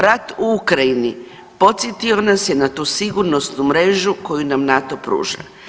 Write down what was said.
Rat u Ukrajini podsjetio nas je na tu sigurnosnu mrežu koju nam NATO pruža.